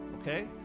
Okay